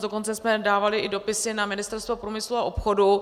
Dokonce jsme dávali i dopisy na Ministerstvo průmyslu a obchodu.